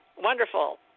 Wonderful